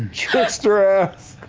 trickster ass